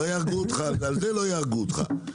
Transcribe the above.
על זה לא יהרגו אותך.